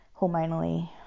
hormonally